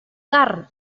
carn